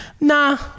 Nah